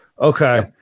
Okay